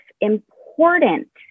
important